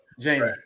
Jamie